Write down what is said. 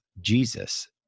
Jesus